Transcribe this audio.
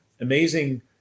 amazing